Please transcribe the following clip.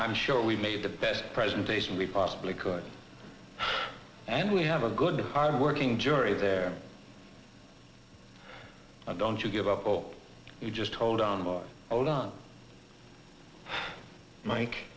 i'm sure we made the best presentation we possibly could and we have a good hard working jury there i don't you give up all you just hold on my own mike